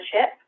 chip